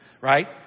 Right